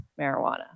marijuana